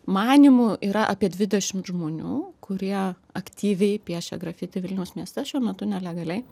manymu yra apie dvidešim žmonių kurie aktyviai piešia grafiti vilniaus mieste šiuo metu nelegaliai